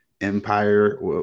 empire